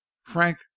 frank